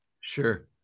Sure